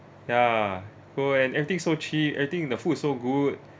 ya go and everything so cheap everything and the food's so good